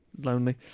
lonely